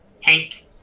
Hank